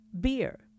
beer